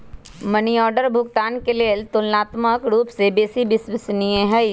money order भुगतान के लेल ततुलनात्मक रूपसे बेशी विश्वसनीय तरीका हइ